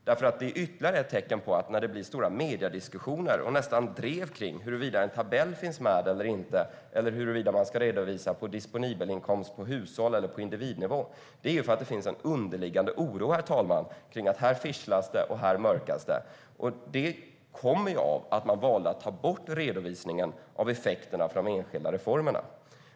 Det är ytterligare ett tecken på att det, när det blir stora diskussioner i medierna och nästan drev kring huruvida en tabell finns med eller inte eller huruvida man ska redovisa på disponibelinkomst, på hushåll eller på individnivå, finns en underliggande oro om att det här "fischlas" och mörkas. Det kommer av att man valde att ta bort redovisningen av effekterna för de enskilda reformerna.